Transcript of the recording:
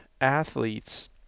athletes